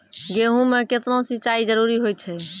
गेहूँ म केतना सिंचाई जरूरी होय छै?